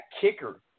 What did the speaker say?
kicker